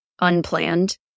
unplanned